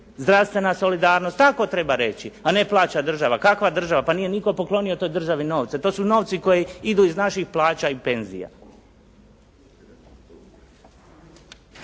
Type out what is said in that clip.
zdravstvena solidarnost. Tako treba reći, a ne plaća država. Kakva država? Pa nije nitko poklonio toj državi novce. To su novci koji idu iz naših plaća i penzija.